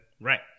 Right